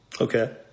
Okay